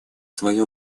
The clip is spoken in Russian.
свое